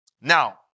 Now